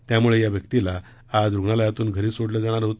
त्यामुळे या व्यक्तीला आज रुग्णालयातून घरी सोडलं जाणार आहे